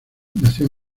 nació